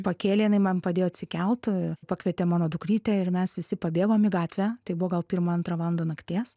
pakėlė jinai man padėjo atsikelt pakvietė mano dukrytę ir mes visi pabėgom į gatvę tai buvo gal pirmą antrą valandą nakties